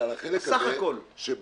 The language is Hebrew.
אלא על החלק הזה שבאמת,